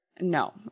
no